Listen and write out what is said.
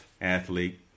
athlete